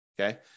Okay